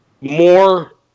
more